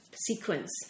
sequence